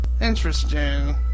Interesting